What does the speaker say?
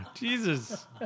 Jesus